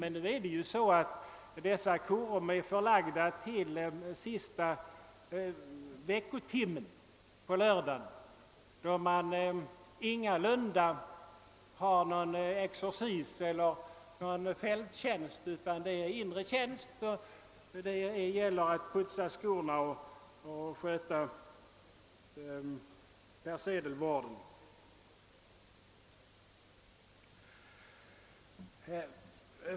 Korum är emellertid förlagt till den sista veckotimman på lördagen, då det ingalunda förekommer någon exercis eller fälttjänst utan s.k. inre tjänst, då det gäller att putsa skorna och sköta persedelvården.